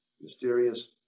mysterious